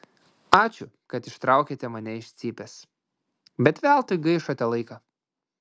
ačiū kad ištraukėte mane iš cypės bet veltui gaišote laiką